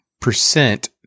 percent